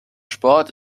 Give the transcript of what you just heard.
sport